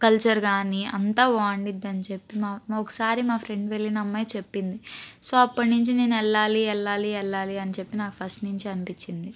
కల్చర్కానీ అంతా బావుండుద్దని చెప్పి నా ఒకసారి మా ఫ్రెండ్ వెళ్ళిన అమ్మాయి చెప్పింది సో అప్పటినుంచి నేను వెళ్ళాలి వెళ్ళాలి వెళ్ళాలి అని చెప్పి నాకు ఫస్ట్ నుంచి అనిపించింది